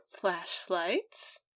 flashlights